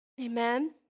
Amen